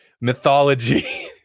mythology